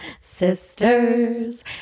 sisters